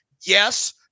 Yes